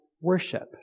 worship